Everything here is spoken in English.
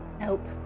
Nope